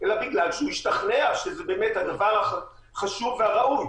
אלא בגלל שהוא השתכנע שזה באמת הדבר החשוב והראוי.